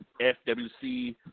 FWC